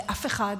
לאף אחד,